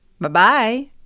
Bye-bye